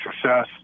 success